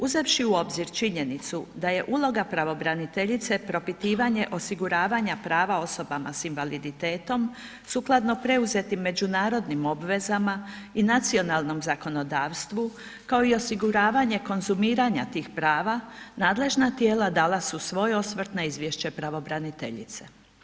Uzevši u obzir činjenicu da je uloga pravobraniteljice propitivanje osiguravanja prava osobama s invaliditetom sukladno preuzetim međunarodnim obvezama i nacionalnom zakonodavstvu kao i osiguravanje konzumiranja tih prava, nadležna tijela dala su svoj osvrt na izvješće pravobraniteljice.